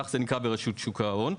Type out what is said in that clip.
כך זה נקרא ברשות שוק ההון,